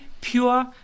pure